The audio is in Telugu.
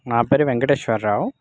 నా పేరు వెంకటేశ్వర రావు